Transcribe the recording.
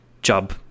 job